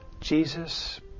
Jesus